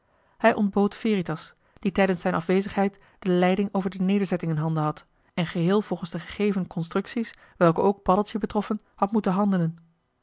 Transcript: hij ontbood veritas die tijdens zijn afwezigheid de leiding over de nederzetting in handen had en geheel volgens de gegeven constructies welke ook paddeltje betroffen had moeten handelen